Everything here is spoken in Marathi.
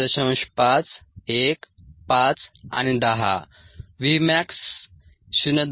5 1 5 आणि 10 V max 0